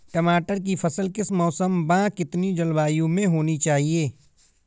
टमाटर की फसल किस मौसम व कितनी जलवायु में होनी चाहिए?